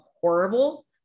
horrible